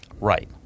right